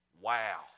Wow